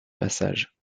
passage